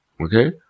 okay